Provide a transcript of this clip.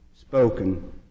spoken